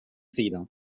sida